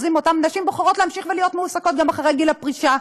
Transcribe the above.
52% מאותן נשים בוחרות להמשיך להיות מועסקות גם אחרי גיל הפרישה.